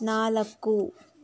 ನಾಲ್ಕು